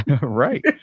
Right